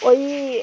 ওই